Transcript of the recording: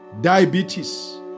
diabetes